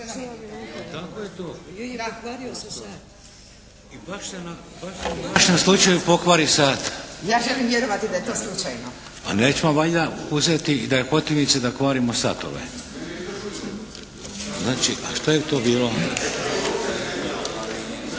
I baš se u vašem slučaju pokvari sat. … /Upadica: Ja želim vjerovati da je to slučajno./ … Pa nećemo valjda uzeti da je hotimice da kvarimo satove. Znači šta je to bilo?